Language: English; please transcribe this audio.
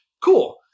Cool